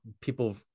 people